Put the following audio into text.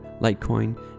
litecoin